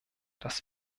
das